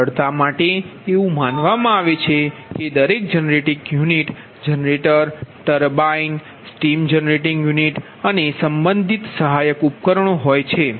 સરળતા માટે એવું માનવામાં આવે છે કે દરેક જનરેટિંગ યુનિટમાં generator turbine steam generating unit boiler furnace અને સંબંધિત સહાયક ઉપકરણો હોય છે